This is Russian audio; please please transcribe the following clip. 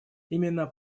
именно